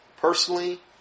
Personally